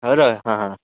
ହଁ ହଁ